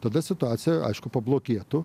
tada situacija aišku pablogėtų